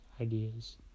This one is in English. ideas